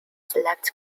select